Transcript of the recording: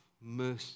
mercy